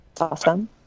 Awesome